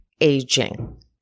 aging